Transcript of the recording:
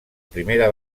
primera